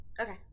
okay